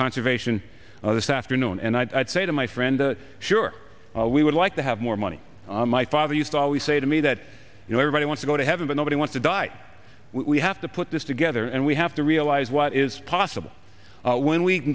conservation of this afternoon and i'd say to my friend sure we would like to have more money on my father used to always say to me that you know everybody want to go to heaven but nobody want to die we have to put this together and we have to realize what is possible when we